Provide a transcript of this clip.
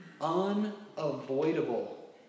Unavoidable